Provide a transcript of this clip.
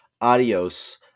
Adios